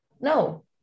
No